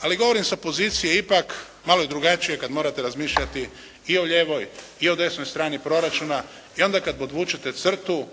ali govorim sa pozicije ipak malo i drugačije kad morate razmišljati i o lijevoj i o desnoj strani proračuna i onda kad podvučete crtu